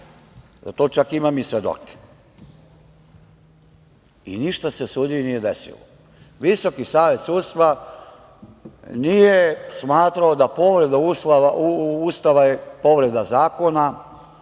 Za to čak imam i svedoke. I ništa se sudiji nije desilo. Visoki savet sudstva nije smatrao da je povreda Ustava povreda zakona